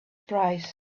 price